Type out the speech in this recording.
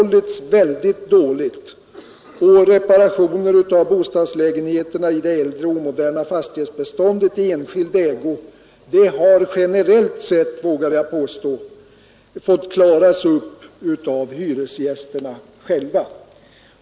Jag vågar påstå att reparationer av bostadslägenheter i det dre och omoderna fastighetsbeståndet i enskild ägo generellt sett har fått klaras av hyresgästerna själva.